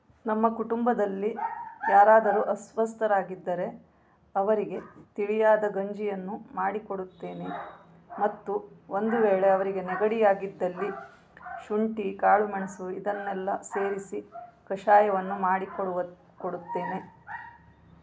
ನಮ್ಮ ಕುಟುಂಬದಲ್ಲಿ ಯಾರಾದರೂ ಅಸ್ವಸ್ಥರಾಗಿದ್ದರೆ ಅವರಿಗೆ ತಿಳಿಯಾದ ಗಂಜಿಯನ್ನು ಮಾಡಿಕೊಡುತ್ತೇನೆ ಮತ್ತು ಒಂದು ವೇಳೆ ಅವರಿಗೆ ನೆಗಡಿಯಾಗಿದ್ದಲ್ಲಿ ಶುಂಠಿ ಕಾಳುಮೆಣಸು ಇದನ್ನೆಲ್ಲ ಸೇರಿಸಿ ಕಷಾಯವನ್ನು ಮಾಡಿಕೊಡುವ ಕೊಡುತ್ತೇನೆ